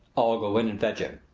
i'll go in and fetch him.